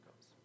goes